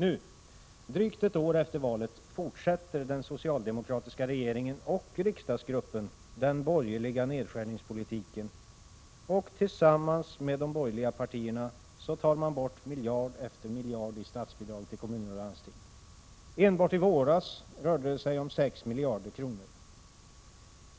Nu, drygt ett år efter valet, fortsätter den socialdemokratiska regeringen och riksdagsgruppen den borgerliga nedskärningspolitiken och tar tillsammans med de tre borgerliga partierna bort miljard efter miljard i statsbidrag till kommuner och landsting. Enbart i våras rörde det sig om 6 miljarder kronor.